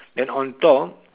then on top